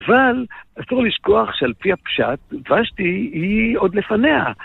אבל אסור לשכוח שלפי הפשט, ושתי היא עוד לפניה.